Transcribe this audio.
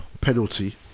Penalty